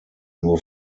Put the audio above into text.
nur